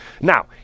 Now